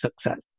success